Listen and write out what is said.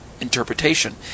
interpretation